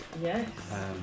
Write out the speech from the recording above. Yes